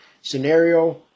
Scenario